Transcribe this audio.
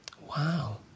Wow